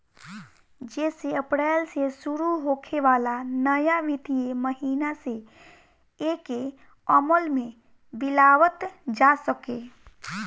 जेसे अप्रैल से शुरू होखे वाला नया वित्तीय महिना से एके अमल में लियावल जा सके